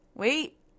Wait